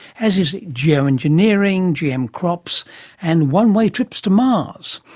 as is geo-engineering, gm crops and one way trips to mars,